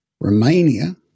Romania